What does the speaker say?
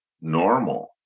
normal